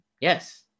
Yes